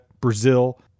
Brazil